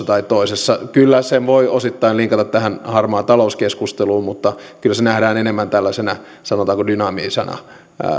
tai toisessa kyllä sen voi osittain linkata tähän harmaa talous keskusteluun mutta kyllä se nähdään enemmän tällaisena sanotaanko dynaamisena